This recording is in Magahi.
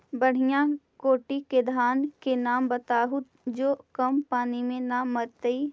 बढ़िया कोटि के धान के नाम बताहु जो कम पानी में न मरतइ?